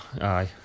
aye